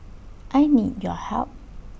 I need your help